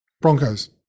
Broncos